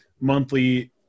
monthly